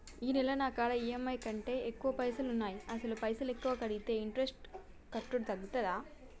ఈ నెల నా కాడా ఈ.ఎమ్.ఐ కంటే ఎక్కువ పైసల్ ఉన్నాయి అసలు పైసల్ ఎక్కువ కడితే ఇంట్రెస్ట్ కట్టుడు తగ్గుతదా?